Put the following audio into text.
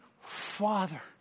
father